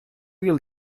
yıl